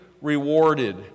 rewarded